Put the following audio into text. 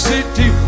City